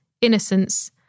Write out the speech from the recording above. innocence